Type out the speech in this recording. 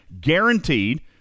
guaranteed